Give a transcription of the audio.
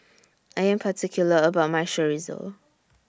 I Am particular about My Chorizo